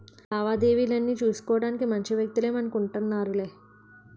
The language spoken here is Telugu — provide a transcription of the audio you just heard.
లావాదేవీలన్నీ సూసుకోడానికి మంచి వ్యక్తులే మనకు ఉంటన్నారులే